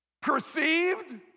Perceived